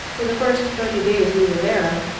for the first thirty days we were there,